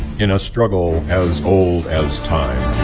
in a struggle as old as time,